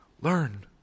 Learn